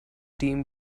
team